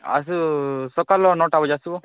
ଆସୁ ସକାଳ ନଅଟା ବଜେ ଆସିବ